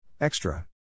Extra